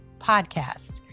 podcast